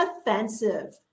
offensive